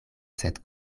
sed